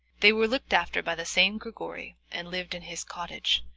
they were looked after by the same grigory and lived in his cottage,